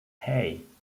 hey